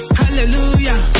hallelujah